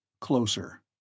Closer